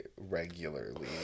regularly